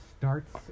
starts